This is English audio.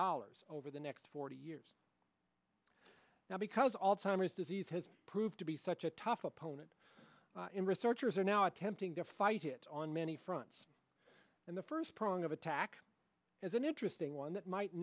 dollars over the next forty years now because all timers disease has proved to be such a tough opponent in researchers are now attempting to fight it on many fronts and the first prong of attack is an interesting one that might